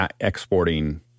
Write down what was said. exporting